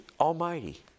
Almighty